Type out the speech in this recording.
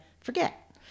forget